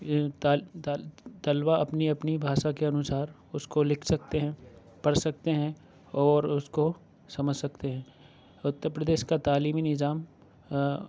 طلباء اپنی اپنی بھاشا کے انوسار اُس کو لکھ سکتے ہیں پڑھ سکتے ہیں اور اُس کو سمجھ سکتے ہیں اُتر پردیش کا تعلیمی نظام